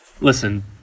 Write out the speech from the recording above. listen